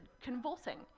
convulsing